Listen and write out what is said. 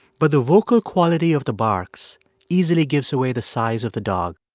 but the vocal quality of the barks easily gives away the size of the dog.